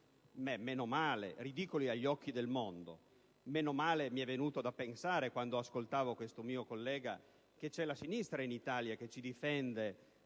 come ridicoli agli occhi del mondo. Meno male - mi è venuto da pensare mentre ascoltavo questo mio collega - che c'è la sinistra in Italia che ci difende